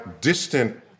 distant